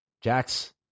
Jax